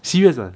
serious ah